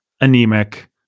anemic